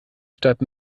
stadt